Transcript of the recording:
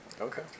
Okay